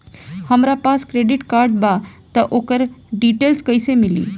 हमरा पास credit card बा त ओकर डिटेल्स कइसे मिली?